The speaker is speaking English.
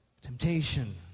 Temptation